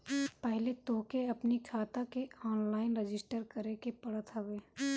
पहिले तोहके अपनी खाता के ऑनलाइन रजिस्टर करे के पड़त हवे